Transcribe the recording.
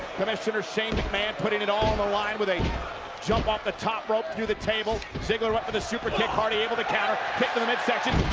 commissioner shane mcmahon putting it all on the line with a jump off the top rope through the table. ziggler went for the super kick. hardy able to counter. kick to the midsection